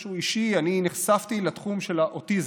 משהו אישי, אני נחשפתי לתחום האוטיזם,